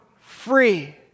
free